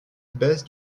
baisse